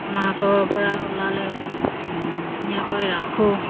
মাকৰপৰা ওলালে ধুনীয়াকৈ ৰাখোঁ